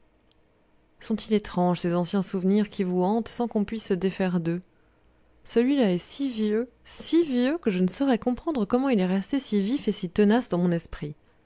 sont-ils étranges ces anciens souvenirs qui vous hantent sans qu'on puisse se défaire d'eux celui-là est si vieux si vieux que je ne saurais comprendre comment il est resté si vif et si tenace dans mon esprit